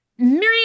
Miriam